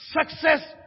success